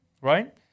Right